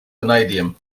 vanadium